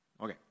Okay